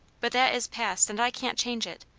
but that is past, and i can't change it.